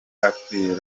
akwiriye